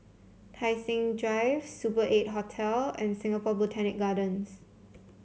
Tai Seng Drive Super Eight Hotel and Singapore Botanic Gardens